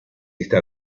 esta